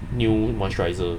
new moisturiser